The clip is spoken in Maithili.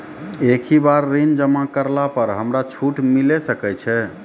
एक ही बार ऋण जमा करला पर हमरा छूट मिले सकय छै?